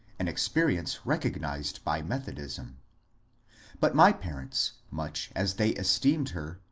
an experience recognized by methodism but my parents, much as they es teemed her,